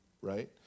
right